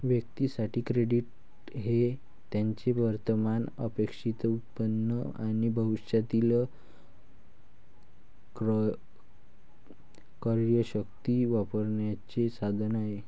व्यक्तीं साठी, क्रेडिट हे त्यांचे वर्तमान अपेक्षित उत्पन्न आणि भविष्यातील क्रयशक्ती वापरण्याचे साधन आहे